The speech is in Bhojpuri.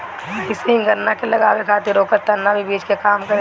अइसे ही गन्ना के लगावे खातिर ओकर तना ही बीज के काम करेला